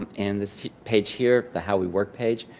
um and this page here the how we work page,